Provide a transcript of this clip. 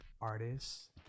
artists